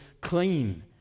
clean